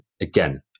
again